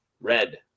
Red